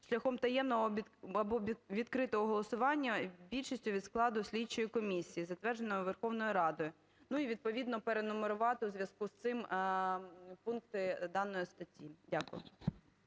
шляхом таємного або відкритого голосування більшістю від складу слідчої комісії, затвердженого Верховною Радою. Ну, і відповідно перенумерувати в зв'язку з цим пункти даної статті. Дякую.